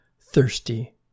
thirsty